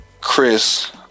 Chris